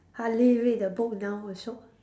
hardly read the book now also